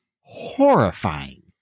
horrifying